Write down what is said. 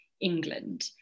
England